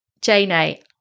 Jane